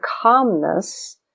calmness